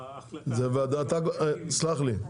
זה ועדת, סלח לי.